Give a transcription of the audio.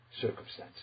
circumstances